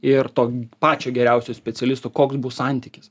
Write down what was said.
ir to pačio geriausio specialisto koks bus santykis